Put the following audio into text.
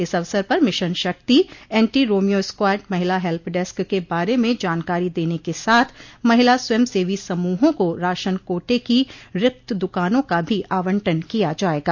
इस अवसर पर मिशन शक्ति एन्टीरोमियो स्क्वाड महिला हेल्प डेस्क के बारे में जानकारी देने के साथ महिला स्वयं सेवी समूहों को राशन कोटे की रिक्त दुकानों का भी आवंटन किया जायेगा